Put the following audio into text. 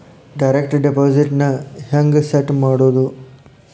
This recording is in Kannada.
ಡೈರೆಕ್ಟ್ ಡೆಪಾಸಿಟ್ ನ ಹೆಂಗ್ ಸೆಟ್ ಮಾಡೊದು?